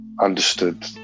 understood